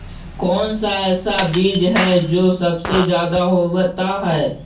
कौन सा ऐसा बीज है जो सबसे ज्यादा होता है?